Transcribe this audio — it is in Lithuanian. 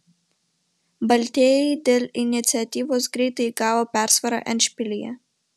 baltieji dėl iniciatyvos greitai įgavo persvarą endšpilyje